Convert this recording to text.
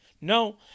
No